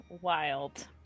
wild